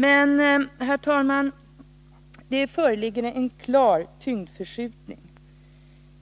Men, herr talman, det föreligger en klar tyngdförskjutning.